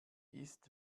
ist